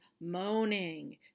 moaning